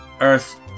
Earth